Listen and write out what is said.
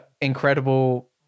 incredible